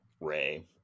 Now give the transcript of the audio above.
Ray